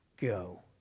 go